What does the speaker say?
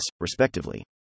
respectively